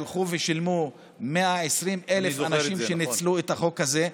הלכו ושילמו 120,000 אנשים, שניצלו את החוק הזה.